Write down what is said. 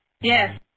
Yes